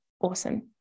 awesome